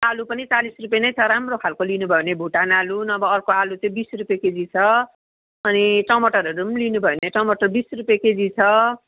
आलु पनि चालिस रुपियाँ नै छ राम्रो खालको लिनु भयो भने भुटान आलु नभए अर्को आलु चाहिँ बिस रुपियाँ केजी छ अनि टमाटरहरू पनि लिनुभयो भने टमाटर बिस रुपियाँ केजी छ